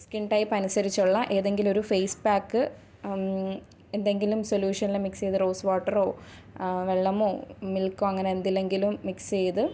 skin type അനുസരിച്ചുള്ള ഏതെങ്കിലും ഒരു ഫേസ് പാക്ക് എന്തെങ്കിലും സൊല്യൂഷനിൽ മിക്സ് ചെയ്ത് റോസ് വാട്ടറോ വെള്ളമോ മിൽക്കോ അങ്ങനെ എന്തിലെങ്കിലും മിക്സ് ചെയ്ത്